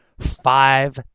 Five